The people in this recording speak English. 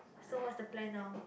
so what's the plan now